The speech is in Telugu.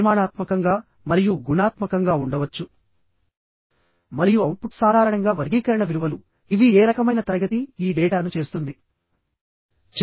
అదేవిధంగా purlin ఫ్లోర్ డెక్ నీ సపోర్టింగ్ చేసే హ్యాంగర్స్ మొదలగునవి అన్నీ కూడా టెన్షన్ కె డిజైన్ చెయ్యాలి